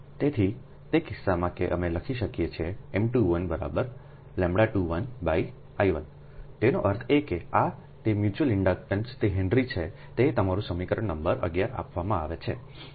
તેથી તે કિસ્સામાં કે અમેલખી શકીએ છીએ M21 λ21I1 તેનો અર્થ એ કે આ તે મ્યુચ્યુઅલ ઇન્ડક્ટન્સ તે હેનરી છે તે તમારું સમીકરણ નંબર 11 આપવામાં આવે છે